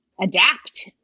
adapt